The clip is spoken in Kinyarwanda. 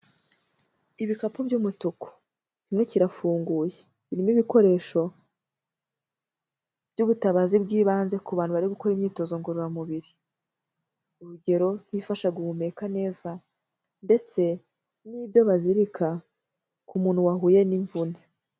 Ibikapu by'umutuku, kimwe kirafunguye, birimo ibikoresho by'ubutabazi bw'ibanze ku bantu bari gukora imyitozo ngororamubiri, urugero bifasha guhumeka neza ndetse n'ibyo bazirika ku muntu wahuye n'imvune.